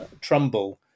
Trumbull